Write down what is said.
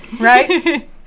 Right